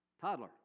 Toddler